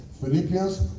Philippians